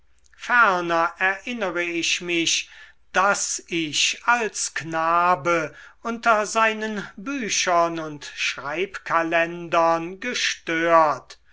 erinnere ich mich daß ich als knabe unter seinen büchern und schreibkalendern gestört